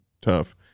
tough